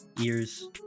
ears